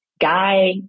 guy